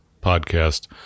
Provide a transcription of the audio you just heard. podcast